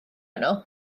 nhw